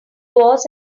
was